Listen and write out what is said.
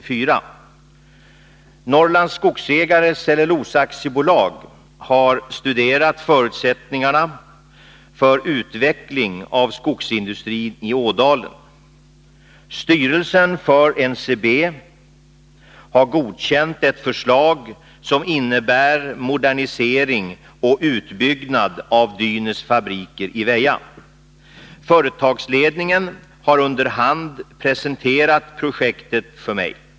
Norrlands Skogsägares Cellulosa AB har studerat förutsättningarna för utveckling av skogsindustrin i Ådalen. Styrelsen för NCB har godkänt ett förslag som innebär modernisering och utbyggnad av Dynäs fabriker i Väja. Företagsledningen har under hand presenterat projektet för mig.